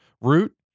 root